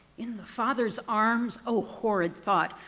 in the father's arms, oh horrid thought,